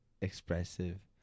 expressive